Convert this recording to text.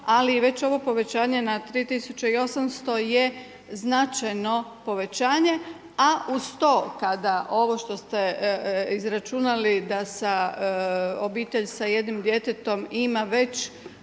Ali već ovo povećanje na 3800 je značajno povećanje, a uz to kada ovo što ste izračunali da obitelj sa jednim djetetom ima već